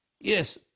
Yes